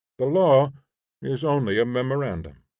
the law is only a memorandum.